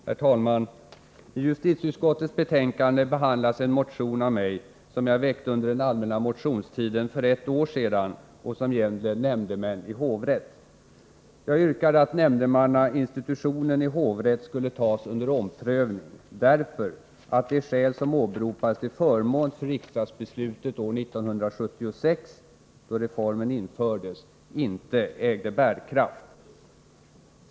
Herr talman! I justitieutskottets betänkande behandlas en motion av mig, som jag väckte under den allmänna motionstiden för ett år sedan och som gäller nämndemän i hovrätt. Jag yrkade att nämndemannainstitutionen i hovrätt skulle tagas under omprövning, därför att de skäl som åberopades till förmån för riksdagsbeslutet år 1976 — då reformen infördes — inte ägde bärkraft.